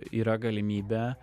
yra galimybė